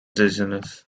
dizziness